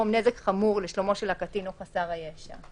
נזק חמור לשלומו של הקטין או חסר הישע.